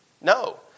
No